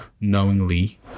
knowingly